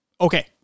okay